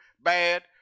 bad